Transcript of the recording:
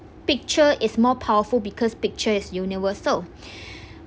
picture is more powerful because picture is universal